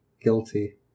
Guilty